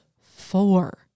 four